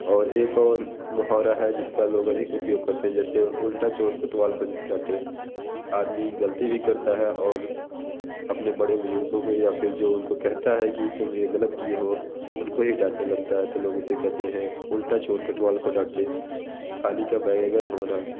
और एक और मुहावरा है जिसका लोग अधिक उपयोग करते हैं जैसे उल्टा चोर कोतवाल को डाँटे आदमी गलती भी करता है और अपने बड़े बुजुर्गों काे या फिर जो उनको कहता है कि तुम यह गलत किए हो उनको ही डाँटने लगता है तो लोग उसे कहते हैं उल्टा चोर काेतवाल को डाँटे थाली का बैंगन होना